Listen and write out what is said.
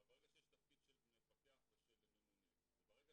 אבל ברגע שיש תפקיד של מפקח ושל ממונה וברגע